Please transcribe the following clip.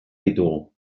ditugu